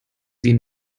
sie